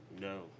No